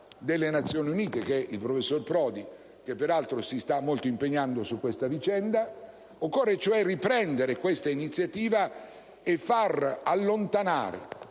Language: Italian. delle Nazioni Unite, che è il professor Prodi, che peraltro si sta impegnando molto su questa vicenda. Occorre quindi riprendere questa iniziativa e far allontanare